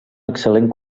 excel·lent